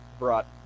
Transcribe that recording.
brought